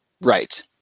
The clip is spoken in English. Right